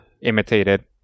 imitated